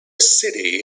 city